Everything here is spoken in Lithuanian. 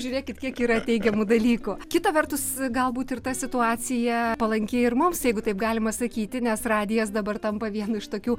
žiūrėkit kiek yra teigiamų dalykų kita vertus galbūt ir ta situacija palanki ir mums jeigu taip galima sakyti nes radijas dabar tampa vienu iš tokių